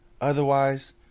Otherwise